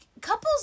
couples